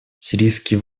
сирийские